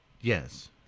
Yes